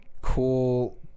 cool